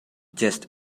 just